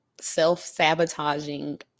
self-sabotaging